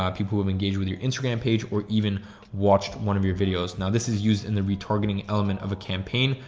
um people who have engaged with your instagram page, or even watched one of your videos. now this is used in the retargeting element of a campaign.